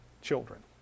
children